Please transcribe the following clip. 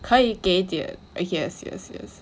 可以给一点 yes yes yes